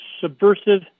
subversive